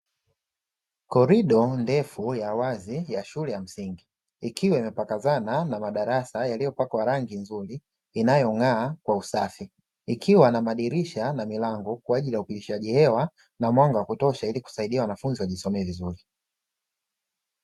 Korido ndefu ya wazi ya shule ya msingi ikiwa imepakazana na madarasa yaliyopakwa rangi nzuri inayong'aa kwa usafi, ikiwa na madirisha na milango kwa ajili ya upitishaji hewa na mwanga wa kutosha ili kusaidia wanafunzi wajisomee vizuri.